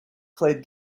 played